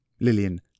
Lillian